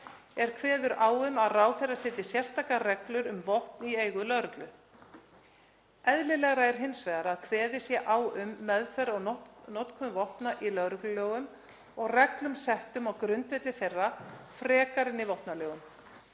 er kveður á um að ráðherra setji sérstakar reglur um vopn í eigu lögreglu. Eðlilegra er hins vegar að kveðið sé á um meðferð og notkun vopna í lögreglulögum og reglum settum á grundvelli þeirra frekar en í vopnalögum.